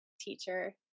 teacher